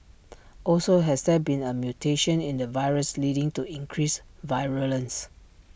also has there been A mutation in the virus leading to increased virulence